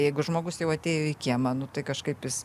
jeigu žmogus jau atėjo į kiemą nu tai kažkaip jis